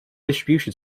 distribution